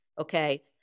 Okay